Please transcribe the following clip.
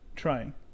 trying